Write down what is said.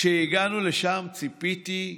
כשהגענו לשם ציפיתי,